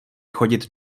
chodit